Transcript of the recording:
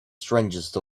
strangest